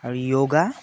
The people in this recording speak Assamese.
আৰু যোগা